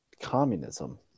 communism